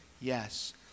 Yes